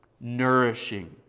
nourishing